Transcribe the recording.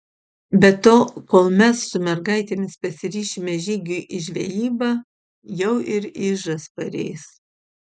be to kol mes su mergaitėmis pasiryšime žygiui į žvejybą jau ir ižas pareis